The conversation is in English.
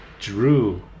Drew